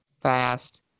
fast